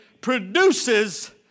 produces